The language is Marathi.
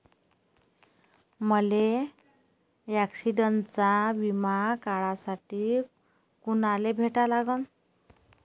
मले ॲक्सिडंटचा बिमा काढासाठी कुनाले भेटा लागन?